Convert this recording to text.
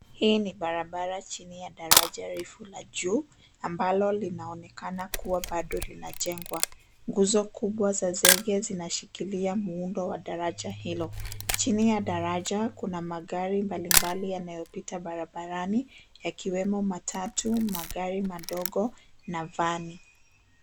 Hii ni barabara chini ya daraja refu la juu ambalo linaonekana kuwa bado linajengwa. Nguzo kubwa za zege zinashikilia muundo wa daraja hilo. Chini ya daraja kuna magari mbalimbali yanayopita barabarani yakiwemo matatu, magari madogo na vani.